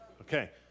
Okay